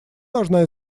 должна